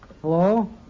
Hello